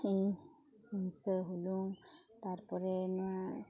ᱤᱧ ᱦᱤᱝᱥᱟᱹ ᱦᱩᱞᱩᱝ ᱛᱟᱨᱯᱚᱨᱮ ᱱᱚᱣᱟ